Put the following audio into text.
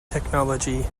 technology